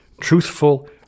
truthful